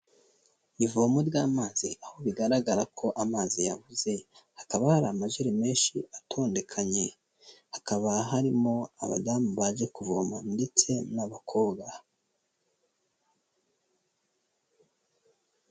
Ivomo ry'amazi aho bigaragara ko amazi yabuze hakaba hari amajerekani menshi atondekanye, hakaba harimo abadamu baje kuvoma ndetse n'abakobwa.